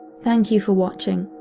thank you for watching.